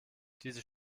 diese